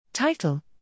Title